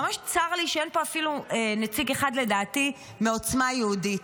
ממש צר לי שאין פה אפילו נציג אחד לדעתי מעוצמה יהודית,